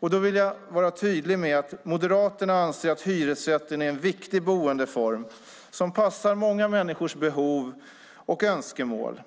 Jag vill vara tydlig med att Moderaterna anser att hyresrätten är en viktig boendeform som passar många människors behov och önskemål.